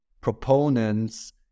proponents